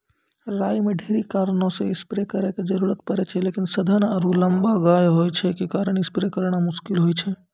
राई मे ढेरी कारणों से स्प्रे करे के जरूरत पड़े छै लेकिन सघन आरु लम्बा गाछ होय के कारण स्प्रे करना मुश्किल होय छै?